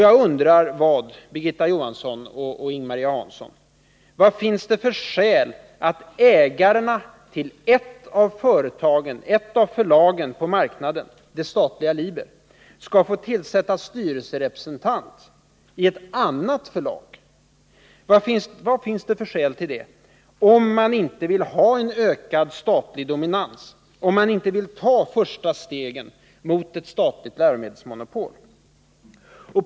Jag undrar, Birgitta Johansson och Ing-Marie Hansson: Vad finns det för skäl till att ägarna till ett av förlagen på marknaden — det statliga Liber — skall få tillsätta en styrelserepresentant i ett annat förlag — om man inte vill ha en ökad statlig dominans, om man inte vill ta de första små stegen mot ett statligt läromedelsmonopol?